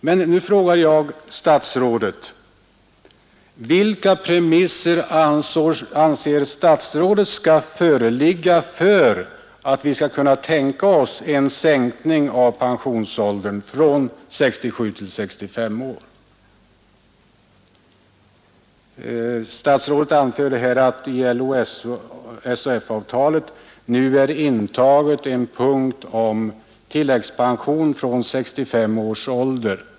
Men nu frågar jag statsrådet: Vilka premisser måste enligt statsrådet föreligga för att vi skulle kunna tänka oss en sänkning av pensionsåldern från 67 till 65 år? Statsrådet anförde här att det i LO—SAF-avtalet nu finns en punkt om tilläggspension från 65 års ålder.